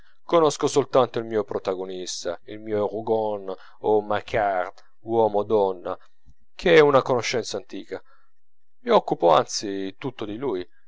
conosco soltanto il mio protagonista il mio rougon o macquart uomo o donna che è una conoscenza antica mi occupo anzi tutto di lui